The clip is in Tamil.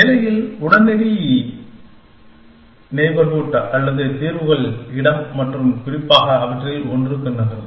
நிலையில் உடனடி நெய்பர்ஹூட் அல்லது தீர்வுகள் இடம் மற்றும் குறிப்பாக அவற்றில் ஒன்றுக்கு நகரும்